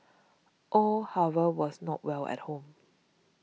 all however was not well at home